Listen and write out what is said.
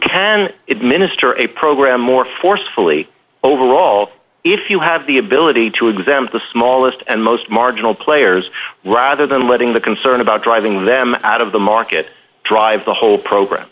administer a program more forcefully overall if you have the ability to exempt the smallest and most marginal players rather than letting the concern about driving them out of the market drives the whole program